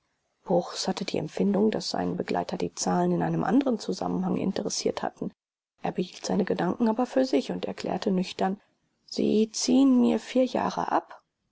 bruchs hatte die empfindung daß seinen begleiter die zahlen in einem anderen zusammenhang interessiert hatten er behielt seine gedanken aber für sich und erklärte nüchtern sie ziehen mir vier jahre ab